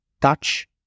touch